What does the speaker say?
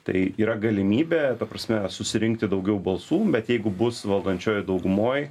tai yra galimybė ta prasme susirinkti daugiau balsų bet jeigu bus valdančiojoj daugumoj